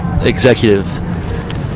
Executive